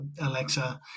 alexa